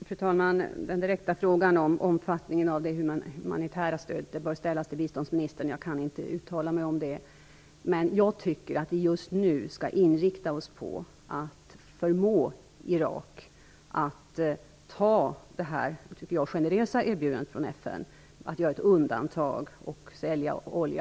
Fru talman! Den direkta frågan om det humanitära stödets omfattning bör ställas till biståndsministern. Jag kan inte uttala mig om det, men jag tycker att vi just nu skall inrikta oss på att förmå Irak att anta FN:s, som jag tycker, generösa erbjudande om att göra ett undantag och låta Irak sälja olja.